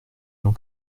jean